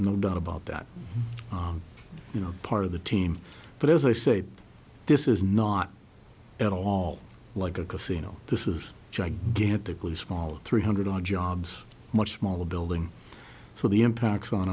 no doubt about that you know part of the team but as i say this is not at all like a casino this is gigantically small three hundred odd jobs much smaller building so the impacts on